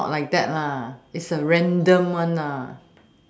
not like that lah it's a random one ah